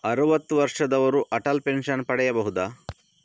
ಅರುವತ್ತು ವರ್ಷದವರು ಅಟಲ್ ಪೆನ್ಷನ್ ಪಡೆಯಬಹುದ?